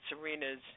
Serena's